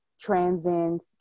transcends